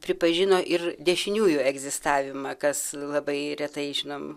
pripažino ir dešiniųjų egzistavimą kas labai retai žinoma